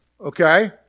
Okay